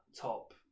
top